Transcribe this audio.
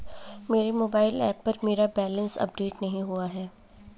मेरे mobile app पर मेरा बैलेंस अपडेट नहीं हुआ है